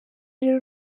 rero